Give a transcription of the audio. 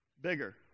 bigger